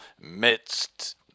midst